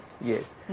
Yes